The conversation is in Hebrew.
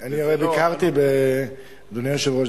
אדוני היושב-ראש,